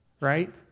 right